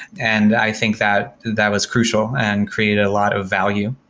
and i think that that was crucial and created a lot of value.